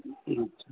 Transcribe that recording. अच्छा